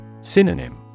Synonym